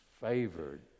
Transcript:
favored